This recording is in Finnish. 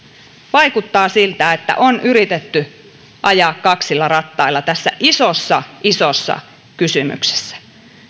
vaikuttaa siltä että on yritetty ajaa kaksilla rattailla tässä isossa isossa kysymyksessä